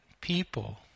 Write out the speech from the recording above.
people